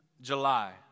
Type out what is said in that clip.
July